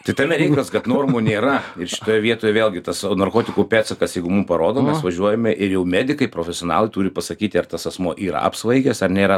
tai tame ir reikalas kad normų nėra ir šitoje vietoj vėlgi tas narkotikų pėdsakas jeigu mum parodomas važiuojame ir jau medikai profesionalai turi pasakyti ar tas asmuo yra apsvaigęs ar nėra